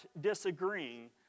disagreeing